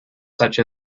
such